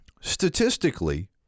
statistically